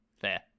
Fair